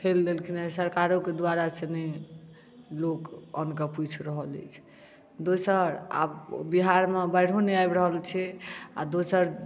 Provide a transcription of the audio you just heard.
ठेल देलखिन सरकारोके द्वारा से नहि लोक अन्नके पूछि रहल अछि दोसर आब बिहारमे बाढ़िओ नहि आबि रहल छै आ दोसर